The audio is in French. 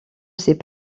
sait